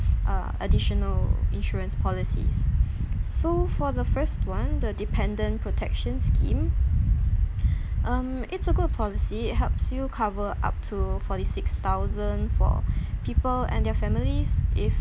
uh additional insurance policies so for the first one the dependent protection scheme um it's a good policy it helps you cover up to forty six thousand for people and their families if